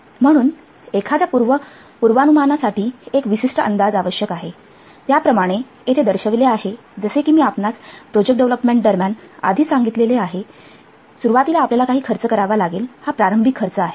म्हणून एखाद्या पूर्वानुमानासाठी एक विशिष्ट अंदाज आवश्यक आहे त्याप्रमाणे येथे दर्शविले आहे जसे कि मी आपणास प्रोजेक्ट डेव्हलपमेंट दरम्यान आधीच सांगितलेलं आहे सुरुवातीला आपल्याला काही खर्च करावा लागेल हा प्रारंभिक खर्च आहे